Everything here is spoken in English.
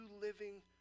living